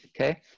Okay